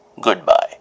Goodbye